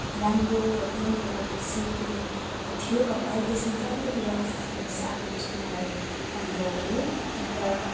राम्रो जुन प्रकारको सिल्की थियो कपाल त्यसमा चाहिँ अलिकति रफ्नेस आएको जस्तो मलाई अनुभव भयो अन्त